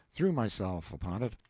threw myself upon it,